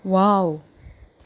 wow